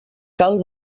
cal